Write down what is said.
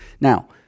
Now